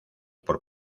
por